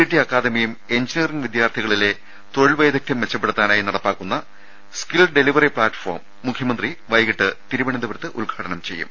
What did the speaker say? T അക്കാദമിയും engineering വിദ്യാർഥികളിലെ തൊഴിൽ വൈദഗ്ധ്യം മെച്ചപ്പെടുത്താ നായി നടപ്പാക്കുന്ന സ്കിൽ ഡെലിവറി പ്ലാറ്റ് ഫോം മുഖ്യ മന്ത്രി വൈകീട്ട് തിരുവനന്തപുരത്ത് ഉദ്ഘാടനം ചെയ്യും